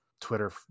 twitter